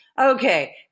Okay